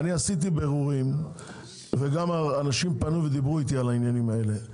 אני עשיתי בירורים ואנשים פנו ודיברו איתי על העניינים האלה,